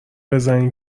بزنین